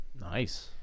Nice